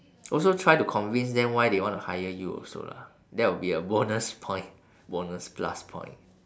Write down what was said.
also try to convince them why they want to hire you also lah that will be a bonus point bonus plus point